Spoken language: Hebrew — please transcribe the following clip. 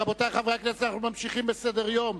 רבותי חברי הכנסת, אנחנו ממשיכים בסדר-היום.